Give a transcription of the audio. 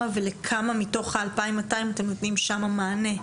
ולכמה מתוך ה-2,200 ילדים אתם נותנים מענה,